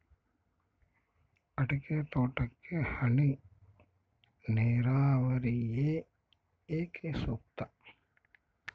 ಅಡಿಕೆ ತೋಟಕ್ಕೆ ಹನಿ ನೇರಾವರಿಯೇ ಏಕೆ ಸೂಕ್ತ?